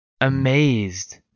amazed